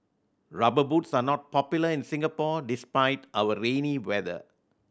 Rubber Boots are not popular in Singapore despite our rainy weather